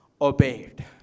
obeyed